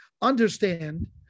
understand